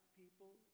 people